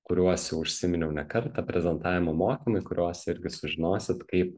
kuriuos jau užsiminiau ne kartą prezentavimo mokymai kuriuose irgi sužinosit kaip